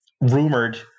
rumored